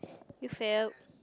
you failed